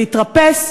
להתרפס,